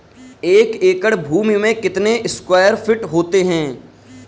एक एकड़ भूमि में कितने स्क्वायर फिट होते हैं?